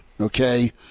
okay